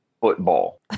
football